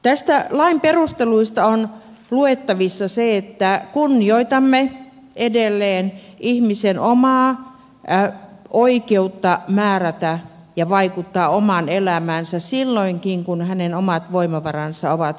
näistä lain perusteluista on luettavissa se että kunnioitamme edelleen ihmisen omaa oikeutta määrätä ja vaikuttaa omaan elämäänsä silloinkin kun hänen omat voimavaransa ovat heikentyneet